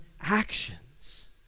actions